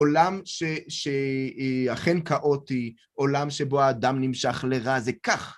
עולם שאכן כאוטי, עולם שבו האדם נמשך לרע זה כך.